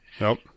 Nope